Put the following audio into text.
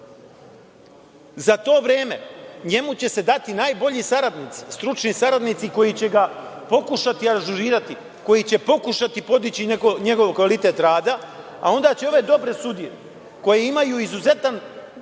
Za to vreme njemu će se dati najbolji stručni saradnici koji će ga pokušati ažurirati, koji će pokušati podići njegov kvalitet rada, a onda će ove dobre sudije, koje imaju izuzetan